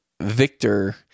victor